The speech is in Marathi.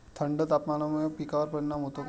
थंड तापमानामुळे पिकांवर परिणाम होतो का?